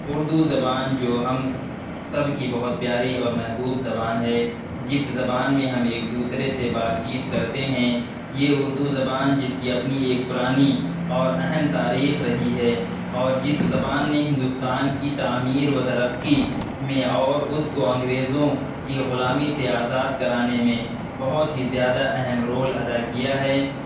اردو زبان جو ہم سب کی بہت پیاری اور محبوب زبان ہے جس زبان میں ہم ایک دوسرے سے بات چیت کرتے ہیں یہ اردو زبان جس کی اپنی ایک پرانی اور اہم تاریخ رہی ہے اور جس زبان نے ہندوستان کی تعمیر و ترقی میں اور اس کو انگریزوں کی غلامی سے آزاد کرانے میں بہت ہی زیادہ اہم رول ادا کیا ہے